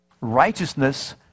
righteousness